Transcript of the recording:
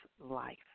life